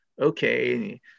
okay